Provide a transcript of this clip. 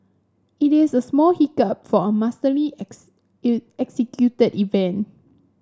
it is a small hiccup for a masterly executed event